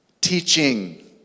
teaching